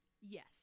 Yes